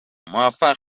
موفق